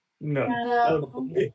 No